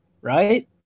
right